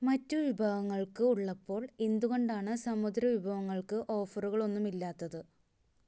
മറ്റ് വിഭവങ്ങൾക്ക് ഉള്ളപ്പോൾ എന്തുകൊണ്ടാണ് സമുദ്ര വിഭവങ്ങൾക്ക് ഓഫറുകളൊന്നുമില്ലാത്തത്